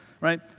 right